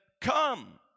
come